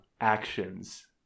actions